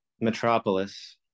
Metropolis